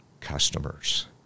customers